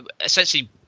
essentially